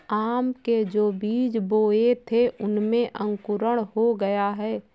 आम के जो बीज बोए थे उनमें अंकुरण हो गया है